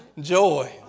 joy